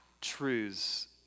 truths